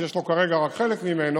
ויש לו כרגע רק חלק ממנו,